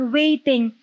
waiting